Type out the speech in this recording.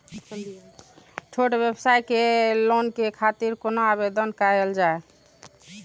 छोट व्यवसाय के लोन के खातिर कोना आवेदन कायल जाय?